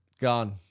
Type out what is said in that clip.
Gone